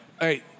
Hey